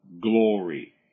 glory